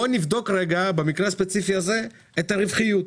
בוא נבדוק רגע במקרה הספציפי הזה את הרווחיות.